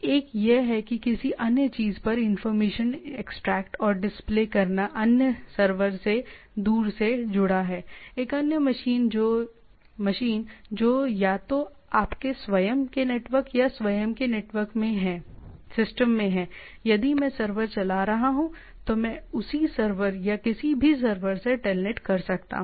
एक यह है कि किसी अन्य चीज़ पर इंफॉर्मेशन एक्सट्रैक्ट और डिस्प्ले करना अन्य सर्वर से दूर से जुड़ा है एक अन्य मशीन जो या तो आपके स्वयं के नेटवर्क या स्वयं के सिस्टम में है यदि मैं सर्वर चला रहा हूं तो मैं उसी सर्वर या किसी भी सर्वर से टेलनेट कर सकता हूं